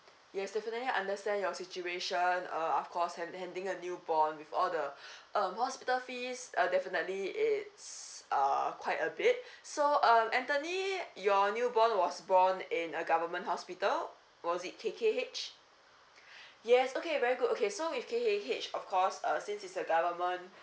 yes definitely understand your situation uh of course have pending a newborn with all the um hospital fees uh definitely is uh quite a bit so um anthony your newborn was born in a government hospital was it K_K_H yes okay very good okay so if K_K_H of course uh since is a government